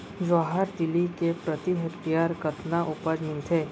जवाहर तिलि के प्रति हेक्टेयर कतना उपज मिलथे?